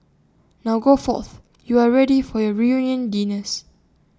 now go forth you are ready for your reunion dinners